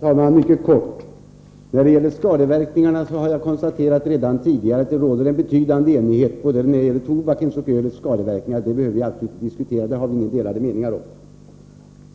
Herr talman! Mycket kort: Jag har redan tidigare konstaterat att det råder en betydande enighet när det gäller både tobakens och ölets skadeverkningar. Den frågan behöver vi inte diskutera — den har vi inga delade meningar om.